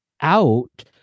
out